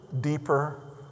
deeper